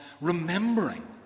remembering